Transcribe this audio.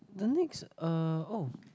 the next uh oh